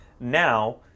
Now